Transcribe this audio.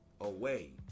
away